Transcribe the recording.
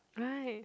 right